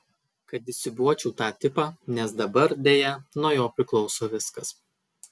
kad įsiūbuočiau tą tipą nes dabar deja nuo jo priklauso viskas